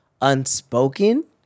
unspoken